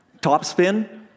topspin